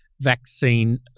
vaccine